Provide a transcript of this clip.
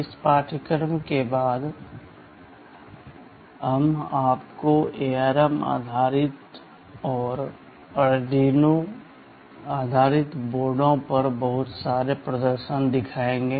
इस पाठ्यक्रम के बाद के भाग में हम आपको ARM आधारित और अरुडिनो आधारित बोर्डों पर बहुत सारे प्रदर्शन दिखाएंगे